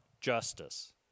justice